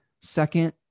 second